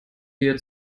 wir